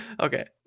Okay